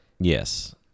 yes